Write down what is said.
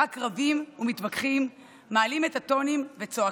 רק רבים ומתווכחים, מעלים את הטונים וצועקים.